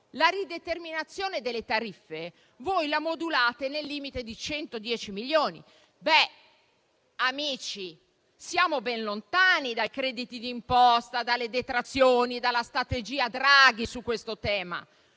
la rideterminazione delle tariffe la modulate nel limite di 110 milioni. Beh, amici, siamo ben lontani dai crediti di imposta, dalle detrazioni, dalla strategia Draghi su questo tema.